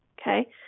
Okay